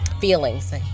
feelings